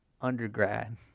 undergrad